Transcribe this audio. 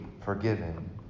forgiven